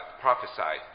prophesied